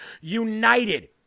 United